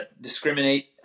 discriminate